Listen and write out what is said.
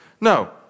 No